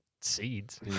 seeds